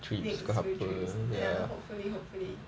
next few trips ya hopefully hopefully